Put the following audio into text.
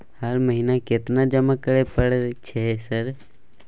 हर महीना केतना जमा करे परय छै सर?